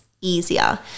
easier